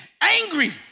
angry